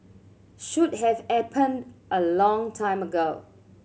should have happened a long time ago